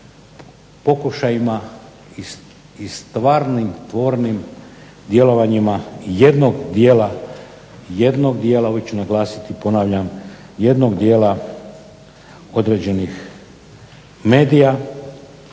pokušajima i stvarnim tvornim djelovanjima jednog dijela, ovo ću